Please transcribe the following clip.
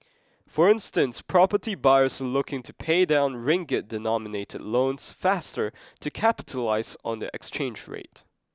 for instance property buyers are looking to pay down ring git denominated loans faster to capitalise on the exchange rate